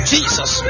Jesus